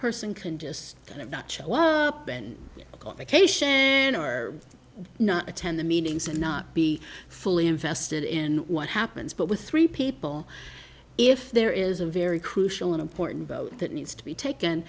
person can just kind of notch one up and vacation and or not attend the meetings and not be fully invested in what happens but with three people if there is a very crucial and important vote that needs to be taken